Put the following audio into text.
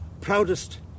proudest